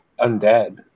undead